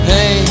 Hey